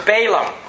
Balaam